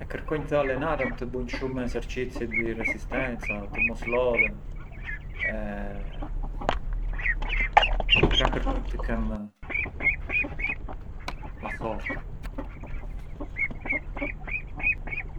Kërkonj të allenarem, të bunj shumë esercizi di resistenza, të mos lodhem e ka kërkonj të kem la sorti.